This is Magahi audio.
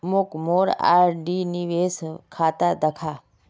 मोक मोर आर.डी निवेश खाता दखा